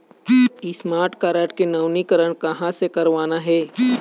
Smart card के नवीनीकरण कहां से करवाना हे?